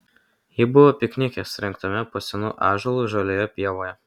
ji buvo piknike surengtame po senu ąžuolu žalioje pievoje